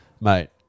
mate